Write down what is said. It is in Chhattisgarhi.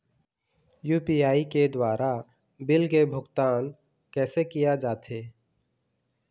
यू.पी.आई के द्वारा बिल के भुगतान कैसे किया जाथे?